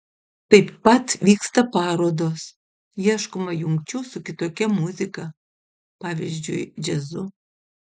taip pat vyksta parodos ieškoma jungčių su kitokia muzika pavyzdžiui džiazu